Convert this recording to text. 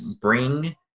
bring